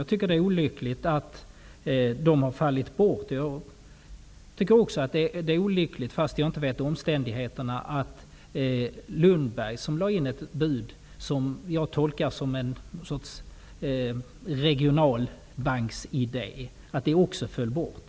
Jag tycker att det är olyckligt att denna möjlighet har fallit bort. Jag tycker också att det är olyckligt -- fastän jag inte känner till omständigheterna -- att även Lundberg, som lade in ett bud som jag tolkar såsom en regionalbanksidé, föll bort.